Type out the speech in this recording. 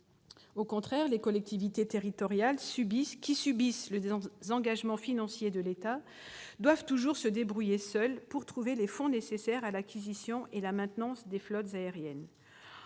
Au contraire, les collectivités territoriales, qui subissent le désengagement financier de l'État, doivent toujours se débrouiller seules pour trouver les fonds nécessaires à l'acquisition et à la maintenance des flottes aériennes.